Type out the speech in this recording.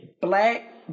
black